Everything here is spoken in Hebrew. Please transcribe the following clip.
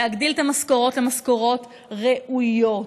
להגדיל את המשכורות למשכורות ראויות,